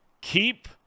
keep –